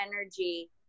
energy